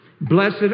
Blessed